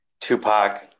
Tupac